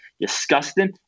disgusting